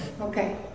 okay